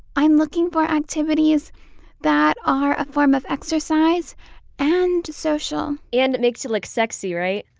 i'm looking for activities that are a form of exercise and social. and it makes it look sexy, right?